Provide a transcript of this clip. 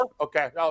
Okay